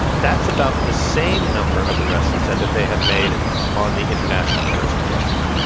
that's about the same number of arrests, he said, that they have made on the international terrorism question.